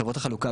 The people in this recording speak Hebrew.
חברות החלוקה,